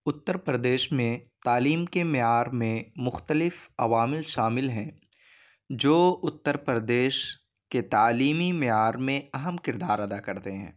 اُتّر پردیش میں تعلیم کے معیار میں مختلف عوامل شامل ہیں جو اُتّر پردیش کے تعلیمی میعار میں اہم کردار ادا کرتے ہیں